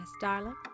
darling